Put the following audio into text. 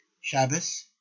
Shabbos